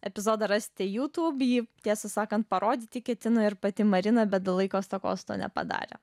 epizodą rasti youtube tiesą sakant parodyti ketino ir pati marina bet laiko stokos to nepadarė